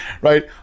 right